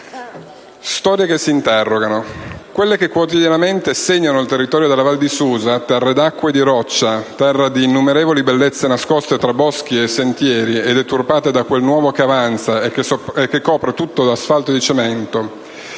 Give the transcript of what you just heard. «Storie che interrogano. Quelle che quotidianamente segnano il territorio della Valle di Susa, terra d'acqua e di roccia, terra di innumerevoli bellezze nascoste tra boschi e sentieri e deturpate da quel nuovo che avanza e che copre tutto d'asfalto e di cemento.